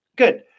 Good